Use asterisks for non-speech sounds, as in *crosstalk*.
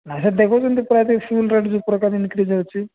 *unintelligible* ଦେଖୁଛନ୍ତି ପୁରା ଏଠି ଫୁଲରେଟ୍ ଯୋଉ ପ୍ରକାରେ ଇନ୍କ୍ରିଜ୍ ହେଉଛି